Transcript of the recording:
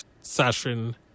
session